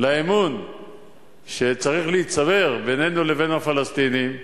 לאמון שצריך להיצבר בינינו לבין הפלסטינים,